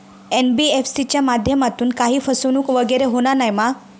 NBFC च्या माध्यमातून काही फसवणूक वगैरे होना नाय मा?